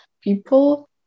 people